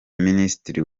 minisitiri